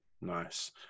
Nice